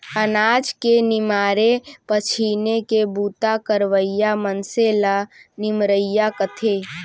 अनाज के निमारे पछीने के बूता करवइया मनसे ल निमरइया कथें